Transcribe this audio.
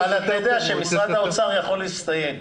אתה יודע שמשרד האוצר יכול להסתייג.